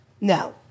No